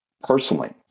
Personally